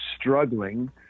struggling